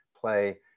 play